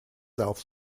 south